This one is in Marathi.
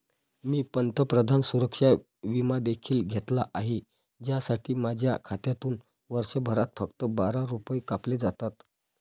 मी पंतप्रधान सुरक्षा विमा देखील घेतला आहे, ज्यासाठी माझ्या खात्यातून वर्षभरात फक्त बारा रुपये कापले जातात